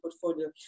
portfolio